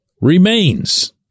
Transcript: remains